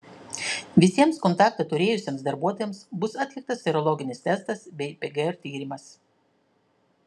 visiems kontaktą turėjusiems darbuotojams bus atliktas serologinis testas bei pgr tyrimas